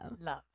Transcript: Love